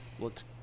looked